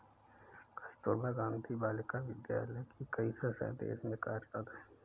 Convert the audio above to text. कस्तूरबा गाँधी बालिका विद्यालय की कई संस्थाएं देश में कार्यरत हैं